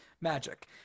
Magic